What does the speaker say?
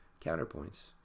counterpoints